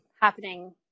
happening